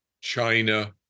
China